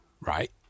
Right